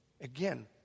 Again